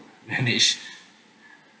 manage